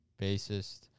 bassist